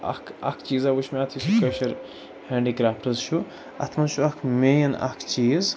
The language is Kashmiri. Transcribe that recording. اَکھ اَکھ چیٖزا وُچھ مےٚ اَتھ یُس یہِ کٲشُر ہینٛڈی کرٛافٹٕز چھُ اَتھ منٛز چھُ اَکھ مین اَکھ چیٖز